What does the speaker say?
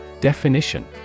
Definition